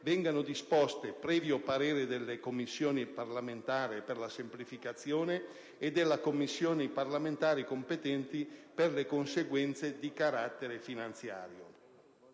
vengano disposte, previo parere della Commissione parlamentare per la semplificazione e delle Commissioni parlamentari competenti per le conseguenze di carattere finanziario.